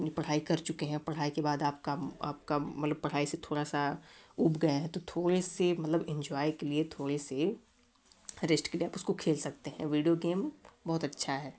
अपनी पढ़ाई कर चुके हैं पढ़ाई के बाद आपका आपका मतलब पढ़ाई से थोड़ा सा ऊब गए हैं तो थोड़े से मतलब इन्जॉय के लिए थोड़े से रेस्ट के लिए आप उसको खेल सकते हैं विडिओ गेम बहुत अच्छा है